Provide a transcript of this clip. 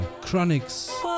Chronics